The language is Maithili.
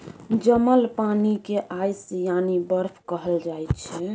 जमल पानि केँ आइस यानी बरफ कहल जाइ छै